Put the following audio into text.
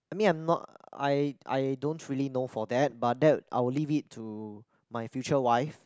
I mean I'm not I I don't really know for that but that I will leave it to my future wife